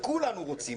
וכולנו רוצים,